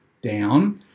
down